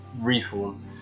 reform